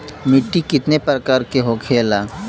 मिट्टी कितने प्रकार के होखेला?